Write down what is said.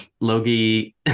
Logi